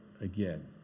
again